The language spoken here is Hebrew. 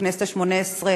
בכנסת השמונה-עשרה,